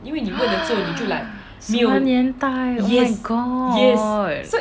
什么年代 oh my god